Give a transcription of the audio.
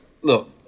look